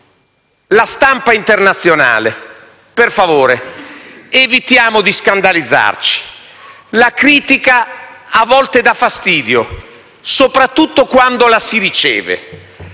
alla stampa internazionale. Per favore, evitiamo di scandalizzarci. La critica a volte dà fastidio, soprattutto quando la si riceve,